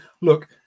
look